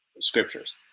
scriptures